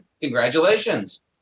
Congratulations